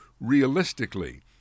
realistically